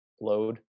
load